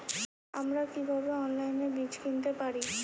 আমরা কীভাবে অনলাইনে বীজ কিনতে পারি?